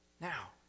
Now